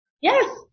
yes